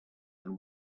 and